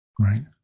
Right